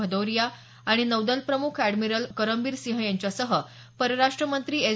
भदौरिया आणि नौदलप्रमुख एएडमिरल करम्बीरसिंह यांच्यासह परराष्टमंत्री एस